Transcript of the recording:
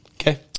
Okay